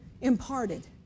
imparted